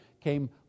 came